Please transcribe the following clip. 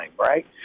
right